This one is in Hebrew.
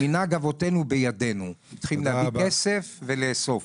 ״מנהג אבותינו בידינו״, צריכים להביא כסף ולאסוף.